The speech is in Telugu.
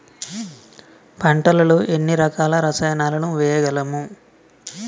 పంటలలో ఎన్ని రకాల రసాయనాలను వేయగలము?